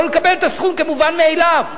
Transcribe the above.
לא לקבל את הסכום כמובן מאליו.